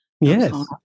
yes